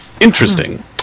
interesting